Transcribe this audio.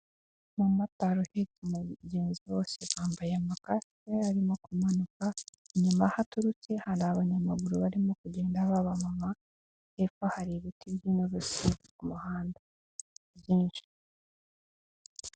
Umumotari uhetse umugenzi bose bambaye kasike barimo kumanuka, inyuma aho aturutse hari abanyamaguru barimo kugenda ba abamama, hepfo hari ibiti by'inturusu ku muhanda byinshi.